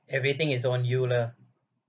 everything is on you lah